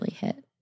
hit